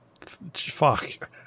fuck